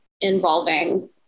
involving